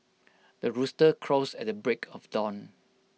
the rooster crows at the break of dawn